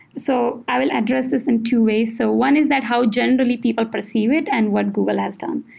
so i will address this in two ways. so one is that how generally people perceive it and what google has done.